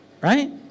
Right